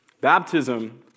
Baptism